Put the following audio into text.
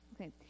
Okay